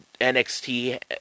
NXT